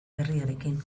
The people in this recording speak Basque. berriarekin